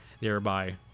thereby